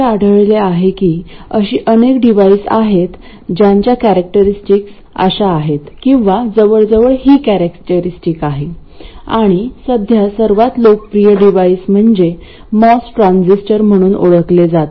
असे आढळले आहे की अशी अनेक डिव्हाइस आहेत ज्यांच्या कॅरेक्टरस्टिक अशा आहेत किंवा जवळजवळ ही कॅरेक्टरस्टिक आहे आणि सध्या सर्वात लोकप्रिय डिव्हाइस म्हणजे मॉस ट्रान्झिस्टर म्हणून ओळखले जाते